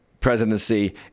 presidency